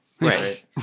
Right